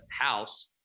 house